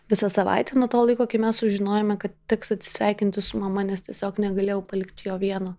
visą savaitę nuo to laiko kai mes sužinojome kad teks atsisveikinti su mama nes tiesiog negalėjau palikti jo vieno